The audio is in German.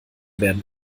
werden